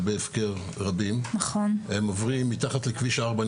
כלבי הפקר רבים והם עוברים מתחת לכביש 4,